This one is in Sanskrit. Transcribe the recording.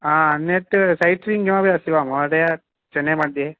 अन्यत् सैट् सीयिङ्ग् किमपि अस्ति वा महोदय चन्नैमध्ये